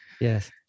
Yes